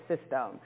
system